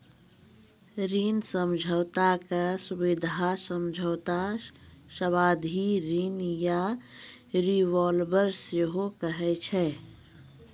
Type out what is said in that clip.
ऋण समझौता के सुबिधा समझौता, सावधि ऋण या रिवॉल्बर सेहो कहै छै